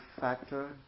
factor